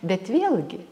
bet vėlgi